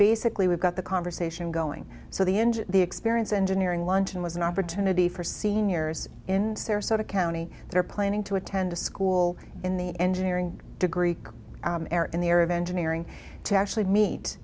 basically we've got the conversation going so the engine the experience engineering luncheon was an opportunity for seniors in sarasota county they're planning to attend a school in the engineering degree in the area of engineering to actually meet